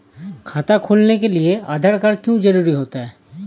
खाता खोलने के लिए आधार कार्ड क्यो जरूरी होता है?